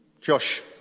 Josh